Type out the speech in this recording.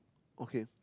okay